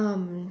um